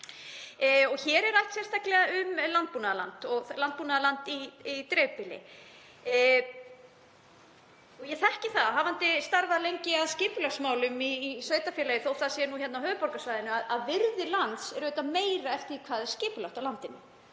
Hér er rætt sérstaklega um landbúnaðarland og landbúnaðarland í dreifbýli. Ég þekki það, hafandi starfað lengi að skipulagsmálum í sveitarfélagi, þótt það sé nú hérna á höfuðborgarsvæðinu, að virði lands er auðvitað meira eftir því hvað er skipulagt á landinu.